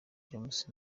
james